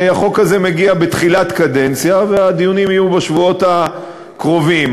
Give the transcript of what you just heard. החוק הזה מגיע בתחילת קדנציה והדיונים יהיו בשבועות הקרובים,